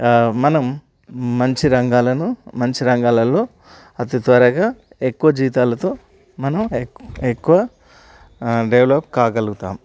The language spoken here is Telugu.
మనం మంచి రంగాలను మంచి రంగాలల్లో అతి త్వరగా ఎక్కువ జీతాలతో మనం ఎ ఎక్కువ డెవలప్ కాగలుగుతాం